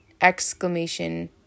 exclamation